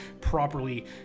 properly